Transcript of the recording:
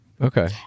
Okay